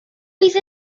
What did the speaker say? bydd